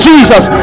jesus